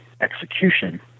execution